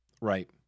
Right